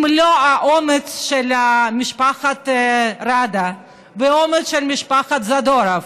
אם לא האומץ של משפחת ראדה והאומץ של משפחת זדורוב,